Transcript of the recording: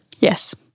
yes